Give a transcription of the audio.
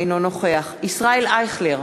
אינו נוכח ישראל אייכלר,